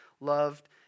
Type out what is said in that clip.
loved